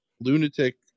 lunatic